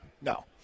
No